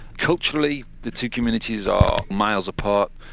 culturally, the two communities are miles apart,